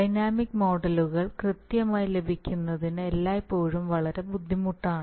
dynamic മോഡലുകൾ കൃത്യമായി ലഭിക്കുന്നത് എല്ലായ്പ്പോഴും വളരെ ബുദ്ധിമുട്ടാണ്